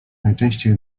najczęściej